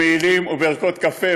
במעילים ובערכות קפה.